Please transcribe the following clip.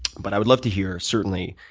but i would love to hear, certainly,